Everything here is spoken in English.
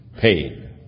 paid